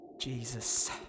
Jesus